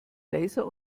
laser